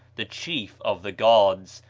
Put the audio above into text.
the chief of the gods,